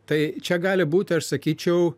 tai čia gali būti aš sakyčiau